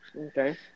Okay